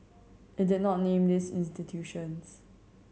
it did not name these institutions